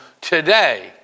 today